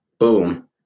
Boom